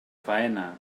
faena